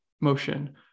motion